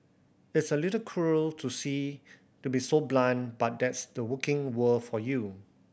it's a little cruel to see to be so blunt but that's the working world for you